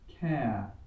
care